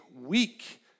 weak